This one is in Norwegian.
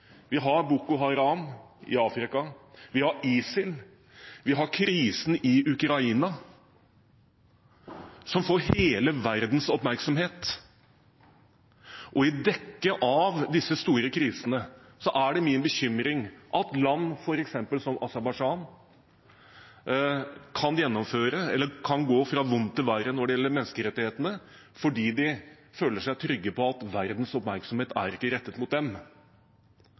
Vi har Boko Haram i Afrika, vi har ISIL, og vi har krisen i Ukraina, som får hele verdens oppmerksomhet. I dekke av disse store krisene er det min bekymring at land som f.eks. Aserbajdsjan kan gå fra vondt til verre når det gjelder menneskerettighetene, fordi de føler seg trygge på at verdens oppmerksomhet ikke er rettet mot dem.